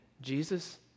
Jesus